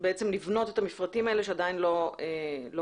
בעצם לבנות את המפרטים האלה שעדיין לא קיימים.